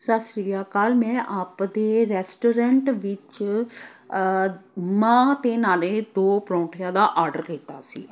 ਸਤਿ ਸ੍ਰੀ ਅਕਾਲ ਮੈਂ ਆਪ ਦੇ ਰੈਸਟੋਰੈਂਟ ਵਿੱਚ ਮਾਂਹ ਅਤੇ ਨਾਲੇ ਦੋ ਪਰੌਂਠਿਆਂ ਦਾ ਆਰਡਰ ਕੀਤਾ ਸੀ